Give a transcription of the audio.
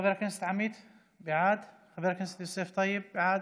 חבר הכנסת עמית בעד, חבר הכנסת יוסף טייב, בעד,